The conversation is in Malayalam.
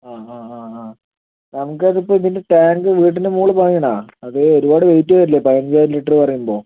ആ ആ ആ ആ നമുക്കതിപ്പം ഇതിൻ്റെ ടാങ്ക് വീട്ടിൻ്റെ മുകളിൽ പണിയണോ അത് ഒരുപാട് വെയിറ്റ് വരില്ലേ പതിനഞ്ചായിരം ലിറ്റർ പറയുമ്പോൾ